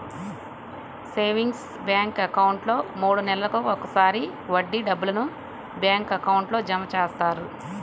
savings bank అకౌంట్లో మూడు నెలలకు ఒకసారి వడ్డీ డబ్బులను బ్యాంక్ అకౌంట్లో జమ చేస్తారు